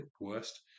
worst